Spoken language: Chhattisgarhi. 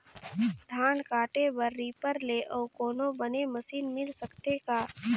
धान काटे बर रीपर ले अउ कोनो बने मशीन मिल सकथे का?